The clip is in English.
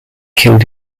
killed